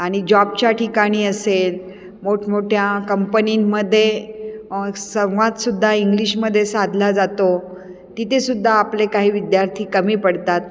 आणि जॉबच्या ठिकाणी असेल मोठमोठ्या कंपनींमध्ये संवादसुद्धा इंग्लिशमध्ये साधला जातो तिथेसुद्धा आपले काही विद्यार्थी कमी पडतात